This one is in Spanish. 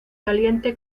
caliente